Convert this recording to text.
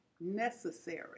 necessary